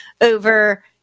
over